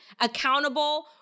accountable